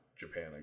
Japan